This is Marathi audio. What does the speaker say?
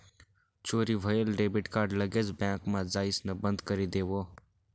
चोरी व्हयेल डेबिट कार्ड लगेच बँकमा जाइसण बंदकरी देवो